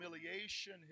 humiliation